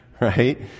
right